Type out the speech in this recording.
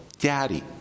daddy